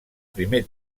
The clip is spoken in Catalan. primer